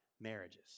marriages